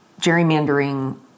gerrymandering